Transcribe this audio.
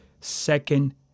second